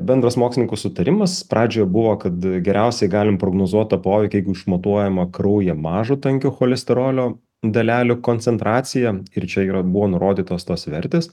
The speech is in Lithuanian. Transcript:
bendras mokslininkų sutarimas pradžioje buvo kad geriausiai galim prognozuot tą poveikį jeigu išmatuojama kraują mažo tankio cholesterolio dalelių koncentracija ir čia yra buvo nurodytos tos vertės